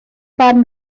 barn